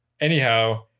anyhow